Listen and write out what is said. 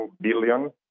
billion